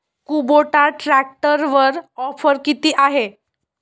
Kubota ट्रॅक्टरवर offer किती आहे?